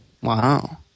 Wow